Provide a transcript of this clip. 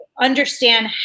understand